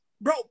bro